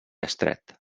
estret